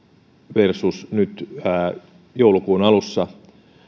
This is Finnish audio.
versus nyt joulukuun alussa